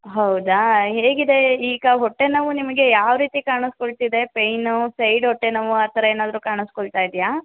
ಹೌದಾ ಹೇಗಿದೆ ಈಗ ಹೊಟ್ಟೆ ನೋವು ನಿಮಗೆ ಯಾವ ರೀತಿ ಕಾಣಿಸ್ಕೊಳ್ತಿದೆ ಪೈನು ಸೈಡ್ ಹೊಟ್ಟೆ ನೋವು ಆ ಥರ ಏನಾದರೂ ಕಾಣಿಸ್ಕೊಳ್ತಾ ಇದೆಯಾ